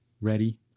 ready